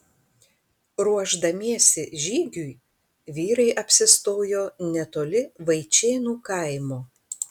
ruošdamiesi žygiui vyrai apsistojo netoli vaičėnų kaimo